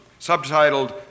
subtitled